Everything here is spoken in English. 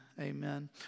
Amen